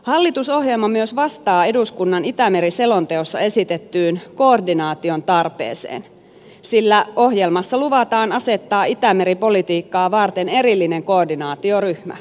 hallitusohjelma myös vastaa eduskunnan itämeri selonteossa esitettyyn koordinaation tarpeeseen sillä ohjelmassa luvataan asettaa itämeri politiikkaa varten erillinen koordinaatioryhmä